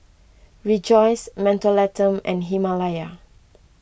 Rejoice Mentholatum and Himalaya